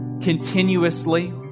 continuously